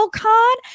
con